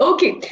Okay